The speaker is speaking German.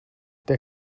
der